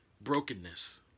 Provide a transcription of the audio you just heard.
brokenness